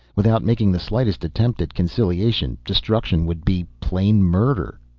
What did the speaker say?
without making the slightest attempt at conciliation, destruction would be plain murder.